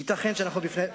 אשרי המאמין,